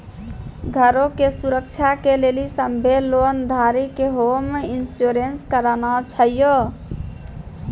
घरो के सुरक्षा के लेली सभ्भे लोन धारी के होम इंश्योरेंस कराना छाहियो